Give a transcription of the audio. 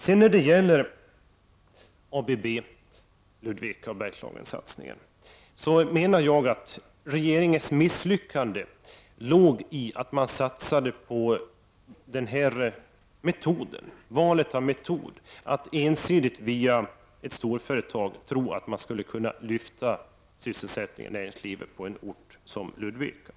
Vad sedan gäller ABB och Bergslagensatsningen menar jag att regeringens misslyckande berodde på valet av metod, dvs. att ensidigt via ett storföretag försöka lyfta sysselsättningen inom näringslivet på en ort som Ludvika.